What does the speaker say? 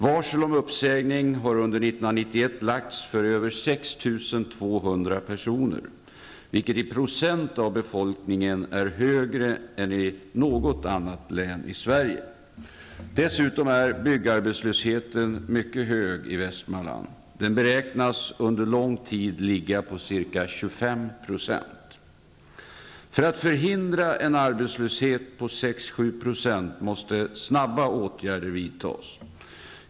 Varsel om uppsägning har under 1991 lagts för över 6 200 personer, vilket i procent av befolkningen är högre än i något annat län i Sverige. Dessutom är byggarbetslösheten mycket hög i Västmanland. Den beräknas under lång tid ligga på ca 25 %. För att förhindra en arbetslöshet på 6--7 % måste snabba åtgärder vidtas.